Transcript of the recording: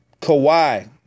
Kawhi